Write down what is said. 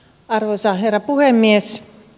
arvoisa herra puhemies